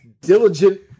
diligent